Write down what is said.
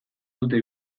dute